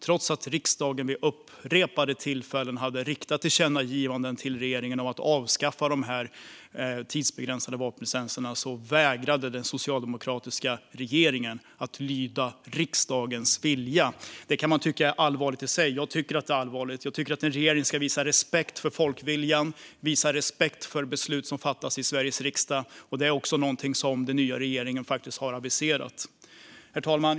Trots att riksdagen vid upprepade tillfällen hade riktat tillkännagivanden till den socialdemokratiska regeringen om att avskaffa de tidsbegränsade vapenlicenserna vägrade den att lyda riksdagens vilja. Det kan man tycka är allvarligt i sig. Jag tycker att det är allvarligt. Jag tycker att en regering ska visa respekt för folkviljan och visa respekt för beslut som fattas i Sveriges riksdag. Detta är också någonting som den nya regeringen har aviserat, herr talman.